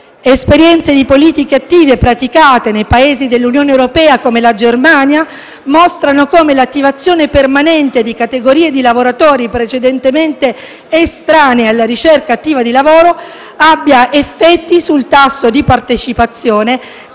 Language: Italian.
Esperienze di politiche attive praticate nei Paesi dell'Unione europea, come la Germania, mostrano come l'attivazione permanente di categorie di lavoratori precedentemente estranei alla ricerca attiva di lavoro abbia effetti sul tasso di partecipazione tali da rendere